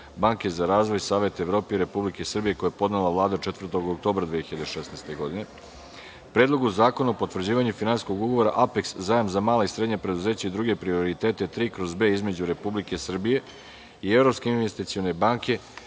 Banke za razvoj Saveta Evrope i Republike Srbije, koji je podnela Vlada 4. oktobra 2016. godine; Predlogu zakona o potvrđivanju finansijskog ugovora „Apeks zajam za mala i srednja preduzeća i druge prioritete 3/B“ između Republike Srbije i Evropske investicione banke